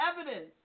Evidence